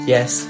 Yes